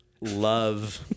love